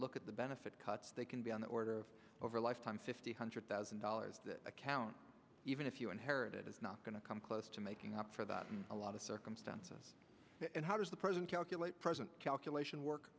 look at the benefit cuts they can be on the order of over a lifetime fifty hundred thousand dollars that account even if you inherit it is not going to come close to making up for that a lot of circumstances and how does the present calculate present calculation work